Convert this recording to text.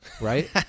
right